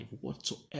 Whatsoever